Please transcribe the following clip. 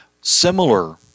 similar